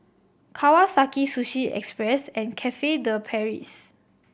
Kawasaki Sushi Express and Cafe De Paris